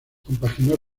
compaginó